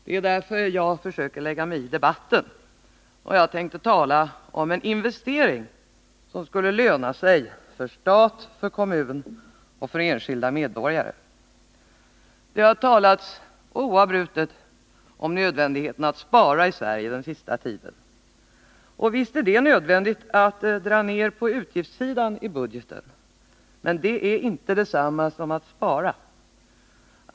Det är därför jag försöker lägga mig i debatten, och jag tänker tala om en investering som skulle löna sig för stat, kommun och enskilda medborgare. Det har talats oavbrutet om nödvändigheten att spara i Sverige den senaste tiden. Visst är det nödvändigt att dra ned på utgiftssidan i budgeten. Men det är inte detsamma som att spara.